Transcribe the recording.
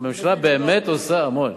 הממשלה באמת עושה המון,